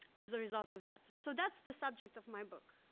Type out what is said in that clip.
as a result of that. so, that's the subject of my book.